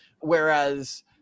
Whereas